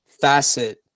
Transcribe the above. facet